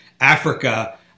Africa